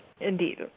indeed